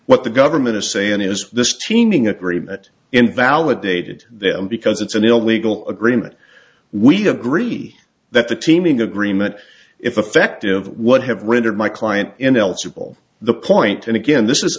what the government is saying is this teaming agreement invalidated them because it's an illegal agreement we agree that the teeming agreement effective would have rendered my client in else ripple the point and again this is